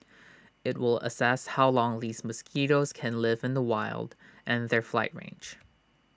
IT will assess how long these mosquitoes can live in the wild and their flight range